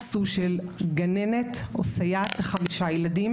היחס הוא של גננת או סייעת ל-5 ילדים.